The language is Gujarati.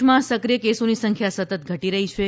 દેશમાં સક્રિય કેસોની સંખ્યા સતત ઘટી રહી છે